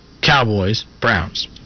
Cowboys-Browns